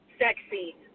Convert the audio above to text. sexy